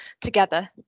together